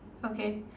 okay